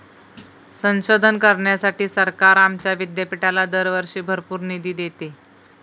संशोधन करण्यासाठी सरकार आमच्या विद्यापीठाला दरवर्षी भरपूर निधी देते